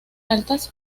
altas